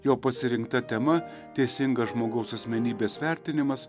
jo pasirinkta tema teisingas žmogaus asmenybės vertinimas